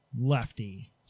lefty